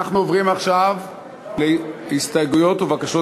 אנחנו עוברים עכשיו להסתייגויות ובקשות